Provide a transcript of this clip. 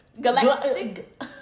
Galactic